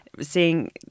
seeing